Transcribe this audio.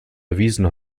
erwiesen